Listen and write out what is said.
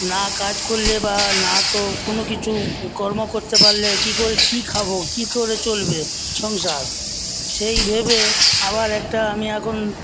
না কাজ করলে বা না তো কোন কিছু কর্ম করতে পারলে কী করে কী খাব কী করে চলবে সংসার সেই ভেবে আবার একটা আমি এখন